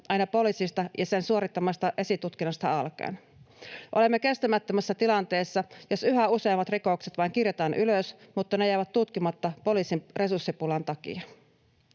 aina poliisista ja sen suorittamasta esitutkinnasta alkaen. Olemme kestämättömässä tilanteessa, jossa yhä useammat rikokset vain kirjataan ylös mutta ne jäävät tutkimatta poliisin resurssipulan takia.